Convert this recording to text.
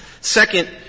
Second